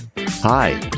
Hi